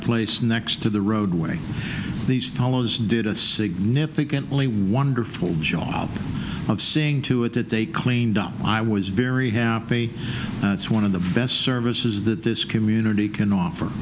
placed next to the roadway these fellows did a significantly wonderful job of seeing to it that they cleaned up i was very happy it's one of the best services that this community can offer